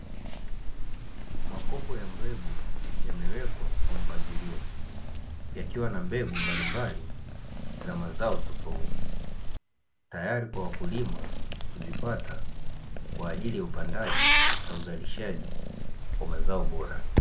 Makopo ya mbegu yamewekwa kwa mpangilio, yakiwa na mbegu mbalimbali za mazao tofauti, tayari kwa wakulima kuzipata kwa ajili ya upandaji na uzalishaji wa mazao bora.